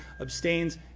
abstains